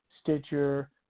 Stitcher